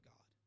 God